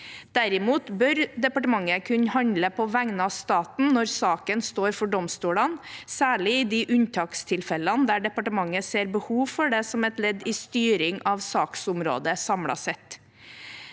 Derimot bør departementet kunne handle på vegne av staten når saken står for domstolene, særlig i de unntakstilfellene der departementet ser behov for det som et ledd i styring av saksområdet samlet sett.